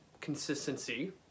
consistency